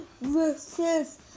versus